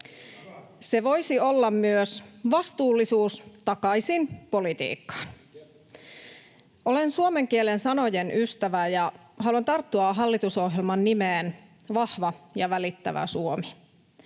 Se voisi olla myös ”Vastuullisuus takaisin politiikkaan”. Olen suomen kielen sanojen ystävä ja haluan tarttua hallitusohjelman nimeen ”Vahva ja välittävä Suomi”.